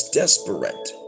desperate